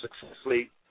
successfully